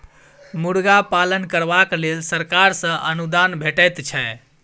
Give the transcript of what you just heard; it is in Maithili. मुर्गा पालन करबाक लेल सरकार सॅ अनुदान भेटैत छै